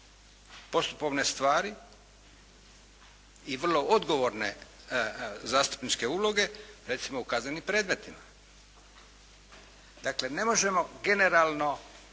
postupovne stvari i vrlo odgovorne zastupničke uloge recimo u kaznenim predmetima. Dakle ne možemo generalno